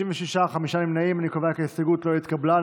יואב קיש ודוד אמסלם אחרי סעיף 1 לא נתקבלה.